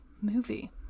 movie